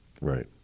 right